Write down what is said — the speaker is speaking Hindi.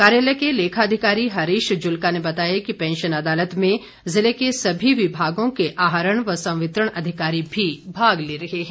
कार्यालय के लेखाधिकारी हरीश जुल्का ने बताया कि पैंशन अदालत में जिले के सभी विभागों के आहरण व संवितरण अधिकारी भी भाग ले रहे है